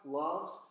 loves